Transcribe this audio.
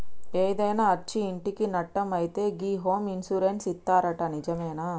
ఏదైనా అచ్చి ఇంటికి నట్టం అయితే గి హోమ్ ఇన్సూరెన్స్ ఇత్తరట నిజమేనా